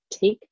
take